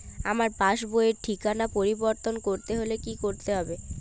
আমার পাসবই র ঠিকানা পরিবর্তন করতে হলে কী করতে হবে?